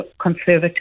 conservative